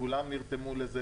כולם נרתמו לזה.